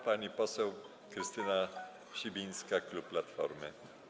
Pani poseł Krystyna Sibińska, klub Platformy.